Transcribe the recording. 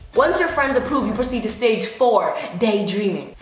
once your friends approve, you proceed to stage four, daydreaming.